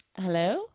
Hello